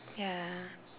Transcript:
ya